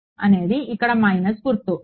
R x అనేది ఇక్కడ minus గుర్తు